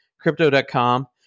Crypto.com